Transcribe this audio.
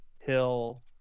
Hill